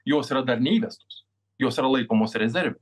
jos yra dar neįvestos jos yra laikomos rezerve